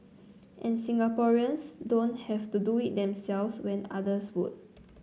and Singaporeans don't have to do it themselves when others would